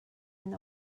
and